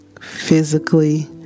physically